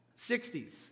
60s